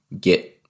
get